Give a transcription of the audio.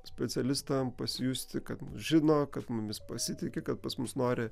specialistam pasijusti kad žino kad mumis pasitiki kad pas mus nori